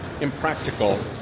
impractical